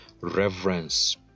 reverence